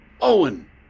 Owen